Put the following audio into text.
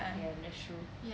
ya that's true